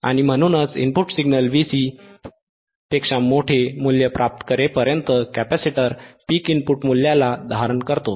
आणि म्हणूनच input signal पुन्हा Vc पेक्षा मोठे मूल्य प्राप्त करेपर्यंत कॅपेसिटर पीक इनपुट मूल्यला धारण करतो